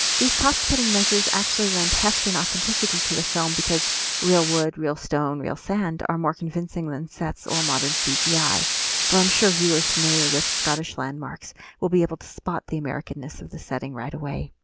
these cost-cutting measures actually lend heft and authenticity to the film because real wood, real stone, real sand are more convincing than sets or modern cgi, though i am sure viewers familiar with scottish landmarks will be able to spot the americanness of the setting right away.